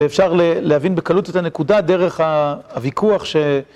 אפשר להבין בקלות את הנקודה דרך הוויכוח ש...